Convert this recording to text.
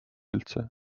üldse